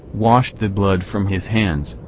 washed the blood from his hands,